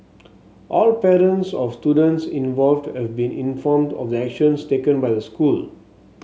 all parents of students involved have been informed of the actions taken by the school